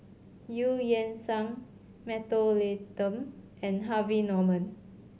Eu Yan Sang Mentholatum and Harvey Norman